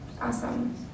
Awesome